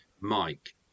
Mike